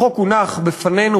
החוק הונח בפנינו,